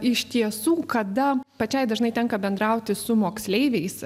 iš tiesų kada pačiai dažnai tenka bendrauti su moksleiviais